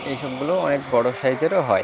এই সবগুলোও অনেক বড় সাইজেরও হয়